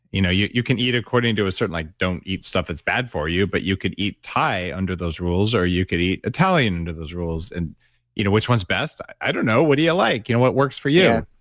you know you you can eat according to a certain, like don't eat stuff that's bad for you, but you could eat thai under those rules, or you could eat italian under those rules, and you know which one's best, i don't know. what do you like? you know what works for you?